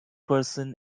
person